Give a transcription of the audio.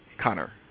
Connor